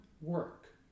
work